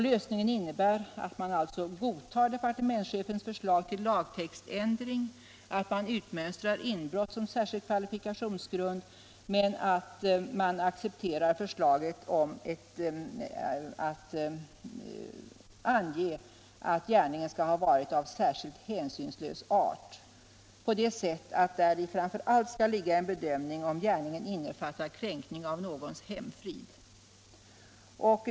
Lösningen innebär att man godtar departementschefens förslag till ändring av lagtexten och utmönstrar inbrott som särskild kvalifikationsgrund men accepterar förslaget att det skall anges att gärningen har varit av särskilt hänsynslös art. Framför allt skall däri ligga en bedömning av om gärningen innefattar kränkning av någons hemfrid.